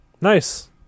Nice